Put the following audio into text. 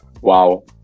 Wow